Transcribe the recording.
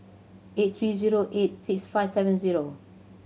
eight three zero eight six five seven zero